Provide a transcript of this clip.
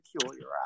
peculiar